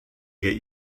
get